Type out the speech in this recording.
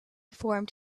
formed